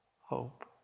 hope